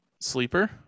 Sleeper